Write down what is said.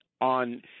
on